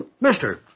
Mister